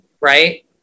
right